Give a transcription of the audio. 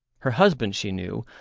her husband, she knew,